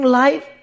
life